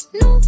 no